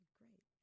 great